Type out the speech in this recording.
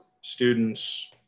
students